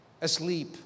asleep